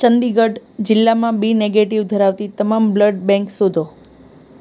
ચંદીગઢ જિલ્લામાં B negative ધરાવતી તમામ બ્લડ બેંક શોધો